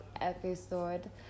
episode